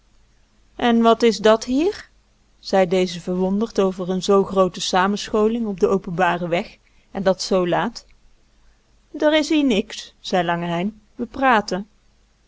en wat is dat hier zei deze verwonderd over een zoo groote samenscholing op den openbaren weg en dat zoo laat d'r is hier niks zei lange hein we praten